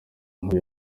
nkuru